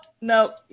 no